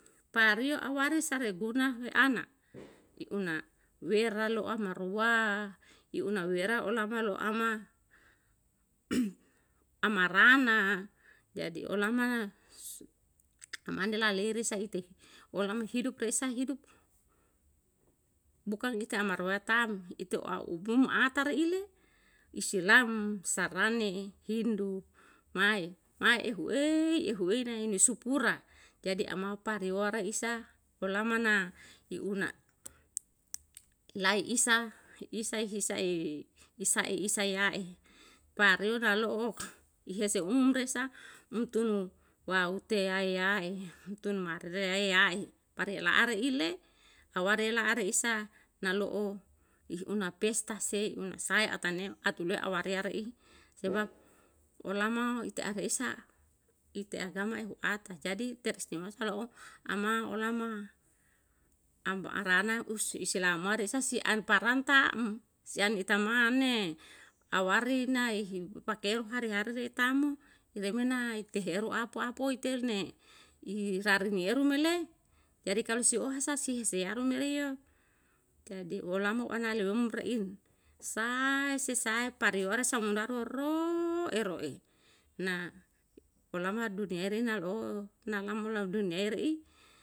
Pariyo awari sareguna re ana, iguna wera lo amarua, i una wera olama loama amarana, jadi olama amane lalei risa ite olama hidup, reisa hidup bukang ite amarua tam, ite a upum ata reile, isilam, sarane, hindu. Mae, mae ehu'e ehu'ei nei i si pura jadi ama parewara isa olama na i una lai isa, tai isa isa'i, isai isa'i ya'e, pareum nalo'o ihese umresa um tun waute yaeya'e tun mareya ya'e, parelaare ile, haware la'a reisa nalo'o i huna pesta se, i una sae atane atule awareya re ihu, sebab olama ite aneisa, ite agama ehu ata. Jadi teristimewa sala ou ama olama arana use eilama reisa se an paran tam, si an i taman ne awari na ipakeru hari hari rei tam mo reme na iteheru apu apu ite ne i rarinieru me le, jadi kalu si ohasa si hiseyaru mele yo, jadi olamau ana lewem reim, sae se sae pariyora sam ruaru ro'e ro'e, na olama duniyai re na roe, na lam lau duniyai re'i